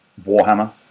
Warhammer